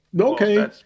okay